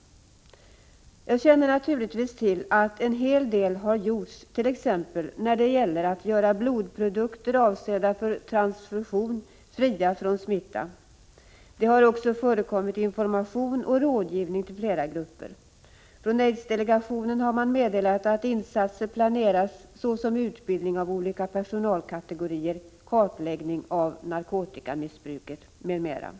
1985/86:33 Jag känner naturligtvis till att en hel del har uträttats, t.ex. när det gäller 21 november 1985 att göra blodprodukter som är avsedda för transfusion fria från smitta. Det: XX har ju också förekommit information och rådgivning till flera grupper. Från aidsdelegationen har man meddelat att insatser planeras, t.ex. utbildning av olika personalkategorier, kartläggning av narkotikamissbruket, m.m.